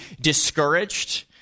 discouraged